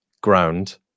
ground